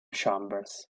chambers